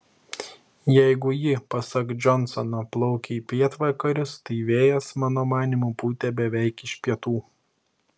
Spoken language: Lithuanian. jeigu ji pasak džonsono plaukė į pietvakarius tai vėjas mano manymu pūtė beveik iš pietų